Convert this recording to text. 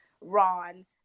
Ron